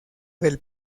del